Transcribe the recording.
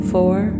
Four